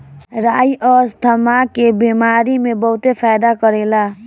राई अस्थमा के बेमारी में बहुते फायदा करेला